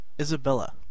Isabella